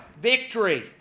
Victory